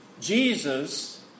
Jesus